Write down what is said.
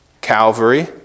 Calvary